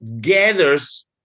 gathers